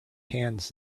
hands